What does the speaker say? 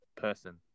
person